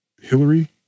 Hillary